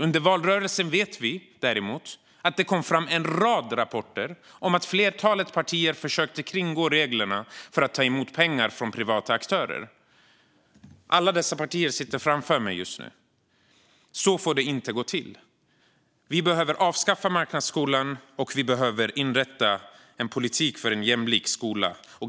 Däremot vet vi att det under valrörelsen kom fram en rad rapporter om att ett flertal partier försökte kringgå reglerna för att ta emot pengar från privata aktörer. Alla dessa partier sitter framför mig just nu. Så får det inte gå till. Vi behöver avskaffa marknadsskolan, och vi behöver inrätta en politik för en jämlik skola.